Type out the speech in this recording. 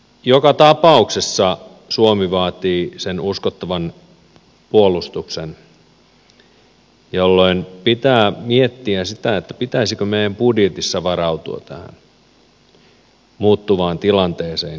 joka tapauksessa suomi vaatii uskottavan puolustuksen jolloin pitää miettiä sitä pitäisikö meidän budjetissa varautua tähän muuttuvaan tilanteeseen jotenkin